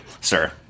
sir